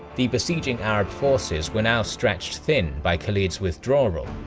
the besieging arab forces were now stretched thin by khalid's withdrawal.